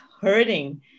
hurting